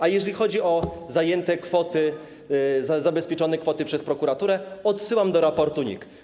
A jeżeli chodzi o zajęte kwoty, zabezpieczone kwoty przez prokuraturę, odsyłam do raportu NIK.